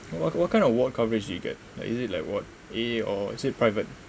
what what kind of ward coverage did you get like is it like ward A or is it private